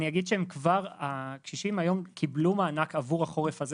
אני אגיד שהקשישים היום קיבלו מענק עבור החורף הזה